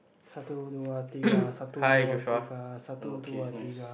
Satu Dua Tiga Satu Dua Tiga Satu Dua Tiga